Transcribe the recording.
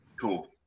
Cool